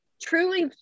truly